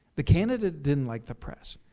the candidate didn't like the press.